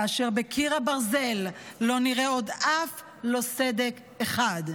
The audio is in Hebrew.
כאשר בקיר הברזל לא נראה עוד אף לא סדק אחד".